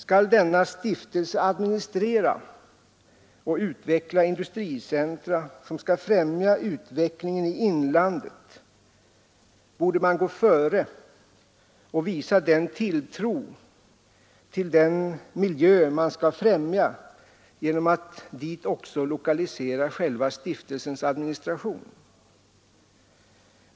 Skall denna stiftelse administrera och utveckla industricentra som skall främja utvecklingen i inlandet, borde man gå före och visa tilltro till den miljö man skall främja genom att dit även lokalisera själva stiftelsens administration.